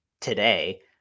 today